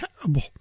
terrible